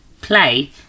play